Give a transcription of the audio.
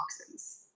toxins